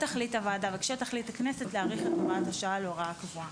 כשהוועדה תחליט וכשהכנסת תחליט להאריך את הוראת השעה להוראה קבועה.